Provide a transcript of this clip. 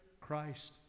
Christ